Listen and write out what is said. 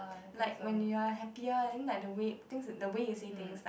like when you are happier i think like the way things the way you say things like